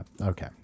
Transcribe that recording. Okay